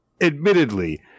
admittedly